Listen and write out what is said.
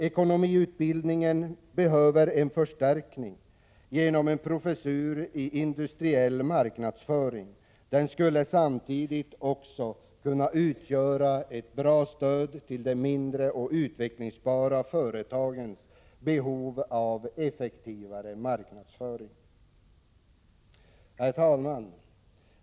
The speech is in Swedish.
Ekonomiutbildningen behöver en förstärkning genom en professur i industriell marknadsföring. Den skulle samtidigt också kunna utgöra ett bra stöd till de mindre och utvecklingsbara företagen när det gäller deras behov av effektivare marknadsföring. Herr talman!